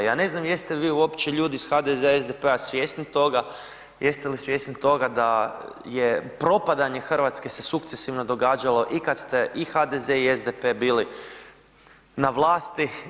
Ja ne znam jeste vi uopće ljudi iz HDZ-a i SDP-a svjesni toga, jeste li svjesni toga da je propadanje Hrvatske se sukcesivno događalo i kad ste i HDZ i SDP bili na vlasti.